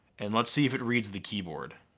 and let's see if it reads the keyboard.